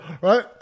right